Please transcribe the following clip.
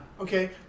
Okay